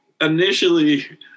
initially